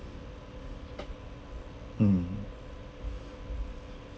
mm